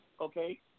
okay